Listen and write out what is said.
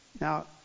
Now